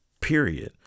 period